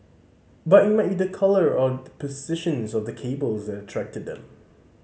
but it might be the colour or the position of the cables that attracted them